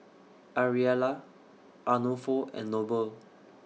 Ariella Arnulfo and Noble